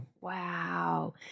Wow